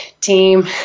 team